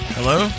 Hello